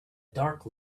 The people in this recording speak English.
dark